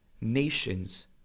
nations